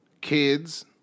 kids